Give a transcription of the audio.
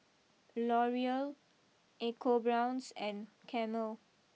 L Oreal ecoBrown's and Camel